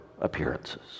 appearances